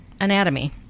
anatomy